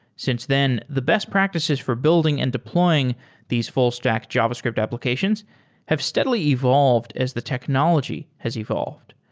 since then, the best practices for building and deploying these full stack javascript applications have steadily evolved as the technology has evolved.